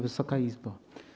Wysoka Izbo!